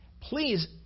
please